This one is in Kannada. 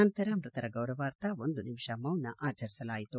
ನಂತರ ಮೃತರ ಗೌರವಾರ್ಥ ಒಂದು ನಿಮಿಷ ಮೌನ ಆಚರಿಸಲಾಯಿತು